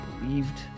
believed